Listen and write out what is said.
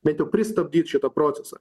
bent jau pristabdyt šitą procesą